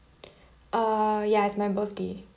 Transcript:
uh yeah it's my birthday